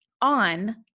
on